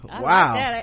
wow